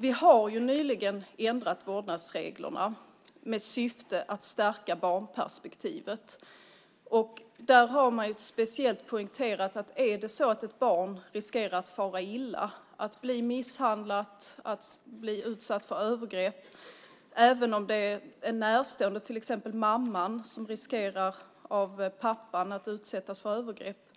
Vi har nyligen ändrat vårdnadsreglerna med syfte att stärka barnperspektivet. Där har man speciellt poängterat att är det så att ett barn riskerar att fara illa, bli misshandlat eller utsatt för övergrepp, måste detta vägas in när det gäller vårdnaden. Det gäller även om det är en närstående, till exempel mamman som riskerar att utsättas för övergrepp